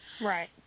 Right